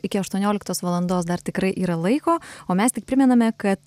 iki aštuonioliktos valandos dar tikrai yra laiko o mes tik primename kad